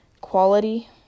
quality